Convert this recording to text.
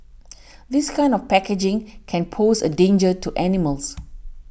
this kind of packaging can pose a danger to animals